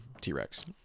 T-Rex